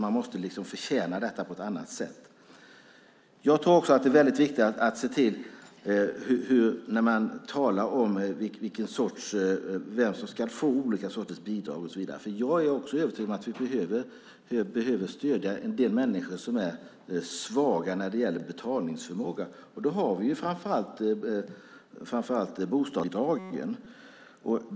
Man måste förtjäna detta på annat sätt. Man talar om vem som ska få olika sorters bidrag och så vidare. Jag är också övertygad om att vi behöver stödja en del människor som är svaga när det gäller betalningsförmåga. Då har vi framför allt bostadsbidragen.